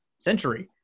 century